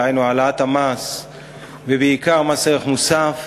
דהיינו העלאת המס ובעיקר מס ערך מוסף,